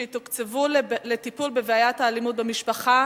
שיתוקצבו לטיפול בבעיית האלימות במשפחה